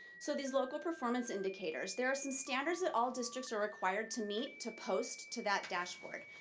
so these local performance indicators. there are some standards that all districts are required to meet, to post to that dashboard.